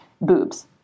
boobs